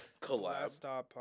Collab